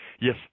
Yes